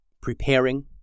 preparing